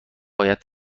باید